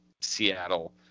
Seattle